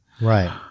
Right